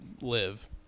live